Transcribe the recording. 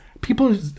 People